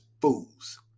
fools